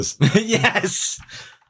Yes